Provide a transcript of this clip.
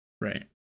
Right